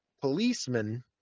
policeman